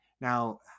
Now